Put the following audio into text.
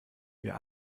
wir